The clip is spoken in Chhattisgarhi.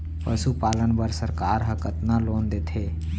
पशुपालन बर सरकार ह कतना लोन देथे?